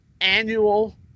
annual